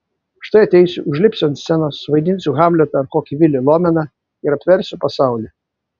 štai ateisiu užlipsiu ant scenos suvaidinsiu hamletą ar kokį vilį lomeną ir apversiu pasaulį